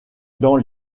dans